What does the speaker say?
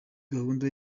gahunda